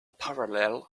parallèle